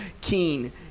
keen